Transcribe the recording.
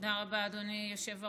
תודה רבה, אדוני היושב-ראש.